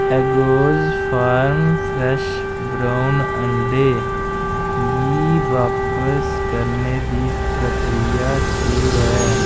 Eggoz farm fresh brown अंडें गी बापस करने दी प्रक्रिया केह् ऐ